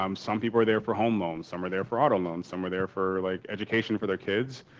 um some people are there for home loans, some are there for auto loans, some are there for like education for their kids.